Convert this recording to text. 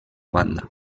banda